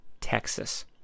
Texas